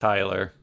Tyler